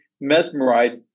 mesmerized